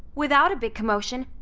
without a big commotion,